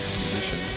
musician